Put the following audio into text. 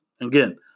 Again